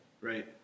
Right